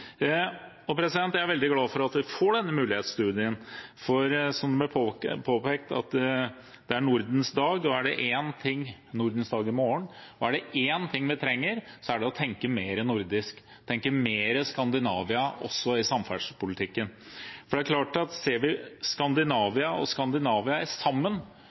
Jeg er veldig glad for at vi får denne mulighetsstudien, for, som det ble påpekt, er det Nordens dag i morgen, og er det én ting vi trenger, er det å tenke mer nordisk, tenke mer Skandinavia, også i samferdselspolitikken. For det er klart at ser vi Skandinavia under ett, er